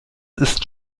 ist